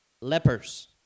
lepers